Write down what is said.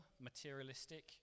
materialistic